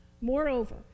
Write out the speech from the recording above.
Moreover